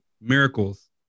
Miracles